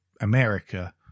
america